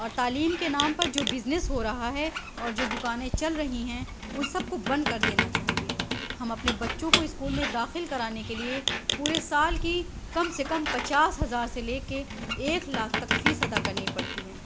اور تعلیم کے نام پر جو بزنس ہو رہا ہے اور جو دکانیں چل رہی ہیں ان سب کو بند کر دینا چاہیے ہم اپنے بچوں کو اسکول میں داخل کرانے کے لیے پورے سال کی کم سے کم پچاس ہزار سے لے کے ایک لاکھ تک فیس ادا کرنی پڑتی ہے